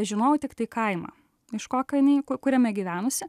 žinojau tiktai kaimą iš kokio jinai ku kuriame gyvenusi